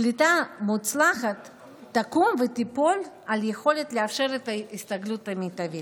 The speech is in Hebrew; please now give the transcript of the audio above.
קליטה מוצלחת תקום ותיפול על יכולת לאפשר את ההסתגלות המיטבית.